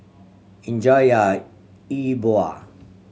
enjoy your E Bua